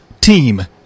team